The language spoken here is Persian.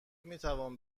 میتوان